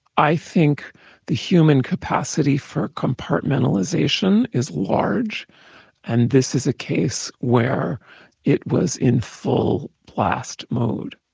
i think the human capacity for compartmentalization is large and this is a case where it was in full blast mode.